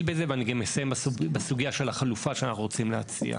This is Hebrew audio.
בזה ואני גם אסיים בסוגיה של החלופה שאנחנו רוצים להציע.